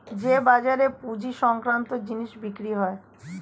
যে বাজারে পুঁজি সংক্রান্ত জিনিস বিক্রি হয়